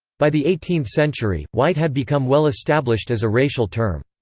by the eighteenth century, white had become well established as a racial term.